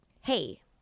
hey